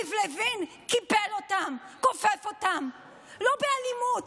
יריב לוין קיפל אותם, כופף אותם, לא באלימות.